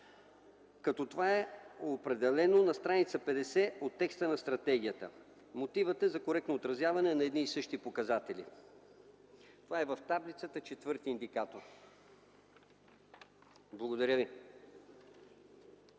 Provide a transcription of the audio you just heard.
като това е определено на страница 50 от текста на стратегията. Мотивът е за коректно отразяване на едни и същи показатели. Това е в таблицата – четвърти индикатор. Благодаря ви.